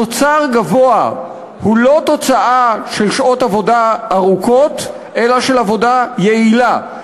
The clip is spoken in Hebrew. תוצר גבוה הוא לא תוצאה של שעות עבודה ארוכות אלא של עבודה יעילה.